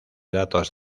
datos